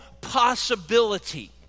possibility